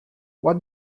what